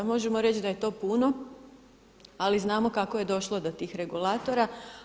Možemo reći da je to puno, ali znamo kako je došlo do tih regulatora.